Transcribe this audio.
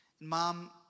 Mom